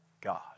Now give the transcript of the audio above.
God